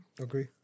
agree